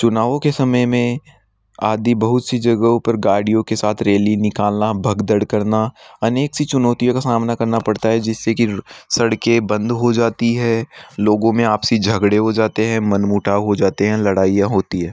चुनावों के समय में आदि बहुत सी जगहों पर गाड़ियों के साथ रैली निकालना भगदड़ करना अनेक सी चुनौतियों का सामना करना पड़ता है जिससे कि सड़के बंद हो जाती है लोगो में आपसी झगड़े हो जाते हैं मनमुटाव हो जाते हैं लड़इयाँ होती है